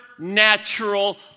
natural